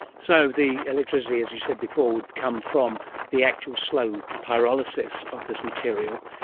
so the electricity, as you said before, would come from the actual slow pyrolysis of this material,